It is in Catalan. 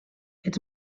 ets